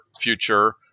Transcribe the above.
future